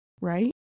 Right